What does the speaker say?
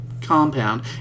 compound